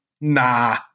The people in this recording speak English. Nah